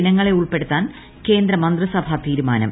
ഇനങ്ങളെ ഉൾപ്പെടുത്താൻ കേന്ദ്ര മ്യൂന്തിസ്ഭാ തീരുമാനം